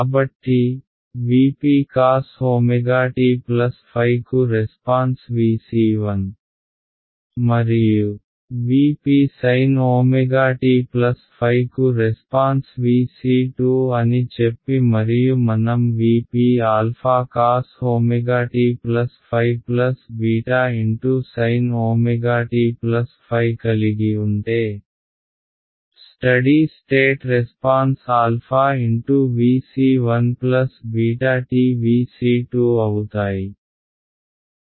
కాబట్టి V p cos ω t ϕ కు response V c 1 మరియు Vp sin ωt ϕ కు రెస్పాన్స్ V c 2 అని చెప్పి మరియు మనం V p α cos ω t ϕ β × sin ω t ϕ కలిగి ఉంటే steady state response α × V c 1 β t Vc2 అవుతాయి